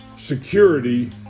security